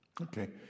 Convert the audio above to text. okay